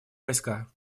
войска